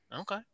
Okay